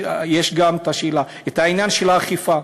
יש גם העניין של האכיפה.